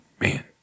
Man